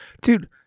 Dude